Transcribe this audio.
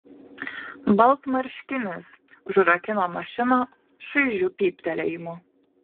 baltmarškinis užrakino mašiną šaižiu pyptelėjimu